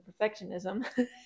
perfectionism